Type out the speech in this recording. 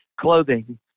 clothing